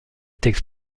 texte